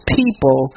people